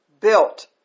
Built